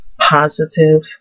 positive